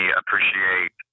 appreciate